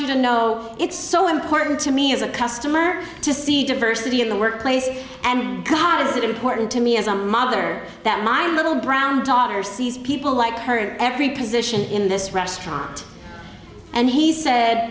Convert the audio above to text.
you to know it's so important to me as a customer to see diversity in the workplace and because it important to me as a mother that my little brown daughter sees people like her every position in this restaurant and he said